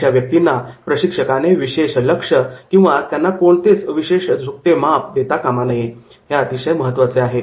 अशा व्यक्तींना प्रशिक्षकाने विशेष लक्ष किंवा त्यांना कोणतेच विशेष झुकते माप देताना कामा नये हे अतिशय महत्त्वाचे आहे